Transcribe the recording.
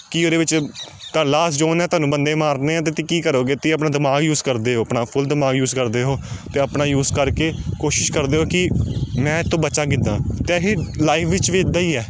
ਕਿ ਉਹਦੇ ਵਿੱਚ ਤਾਂ ਲਾਸਟ ਜੋਨ ਹੈ ਤੁਹਾਨੂੰ ਬੰਦੇ ਮਾਰਨੇ ਹੈ ਅਤੇ ਕੀ ਕਰੋਗੇ ਤੁਸੀਂ ਆਪਣਾ ਦਿਮਾਗ ਯੂਜ ਕਰਦੇ ਹੋ ਆਪਣਾ ਫੁਲ ਦਿਮਾਗ ਯੂਜ ਕਰਦੇ ਹੋ ਅਤੇ ਆਪਣਾ ਯੂਜ ਕਰਕੇ ਕੋਸ਼ਿਸ਼ ਕਰਦੇ ਹੋ ਕਿ ਮੈਂ ਇਹ ਤੋਂ ਬਚਾਂ ਕਿੱਦਾਂ ਅਤੇ ਇਹੀ ਲਾਈਫ ਵਿੱਚ ਵੀ ਇੱਦਾਂ ਹੀ ਹੈ